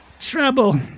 trouble